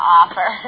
offer